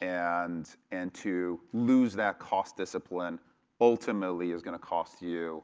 and and to lose that cost discipline ultimately is going to cost you